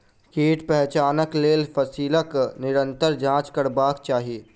कीट पहचानक लेल फसीलक निरंतर जांच करबाक चाही